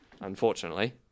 unfortunately